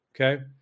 Okay